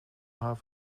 haar